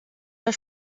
das